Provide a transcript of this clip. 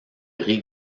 riz